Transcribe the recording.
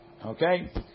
Okay